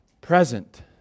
present